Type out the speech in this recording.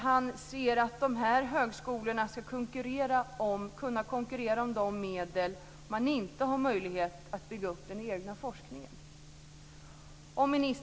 Fru talman!